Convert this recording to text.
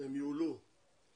הם יועלו עד